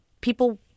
People